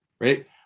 right